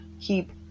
keep